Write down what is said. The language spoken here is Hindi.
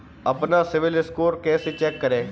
अपना सिबिल स्कोर कैसे चेक करें?